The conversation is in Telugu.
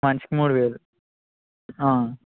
మనిషికి మూడువేలు